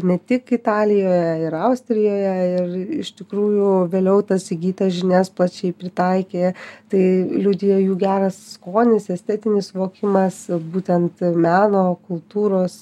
ne tik italijoje ir austrijoje ir iš tikrųjų vėliau tas įgytas žinias plačiai pritaikė tai liudija jų geras skonis estetinis suvokimas būtent meno kultūros